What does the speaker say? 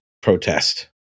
protest